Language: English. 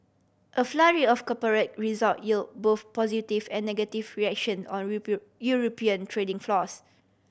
a flurry of corporate result yield both positive and negative reaction on European trading floors